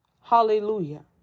Hallelujah